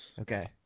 Okay